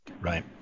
Right